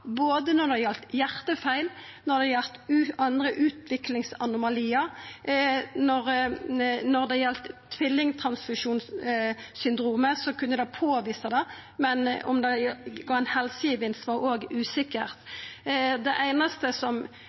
både når det gjaldt hjartefeil, og når det gjaldt andre utviklingsanimaliar. Når det gjaldt tvillingtransfusjonssyndrom, kunne ein påvisa det, men om det var ein helsegevinst, var òg usikkert. Det einaste som